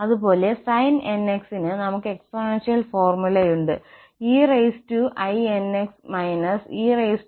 അതുപോലെ sin nx ന് നമുക്ക് എക്സ്പോണൻഷ്യൽ ഫോർമുലയുണ്ട് einx e inx2i